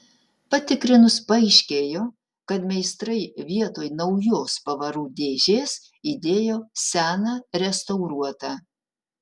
patikrinus paaiškėjo kad meistrai vietoj naujos pavarų dėžės įdėjo seną restauruotą